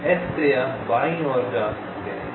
S से आप बाईं ओर जा सकते हैं